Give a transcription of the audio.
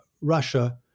Russia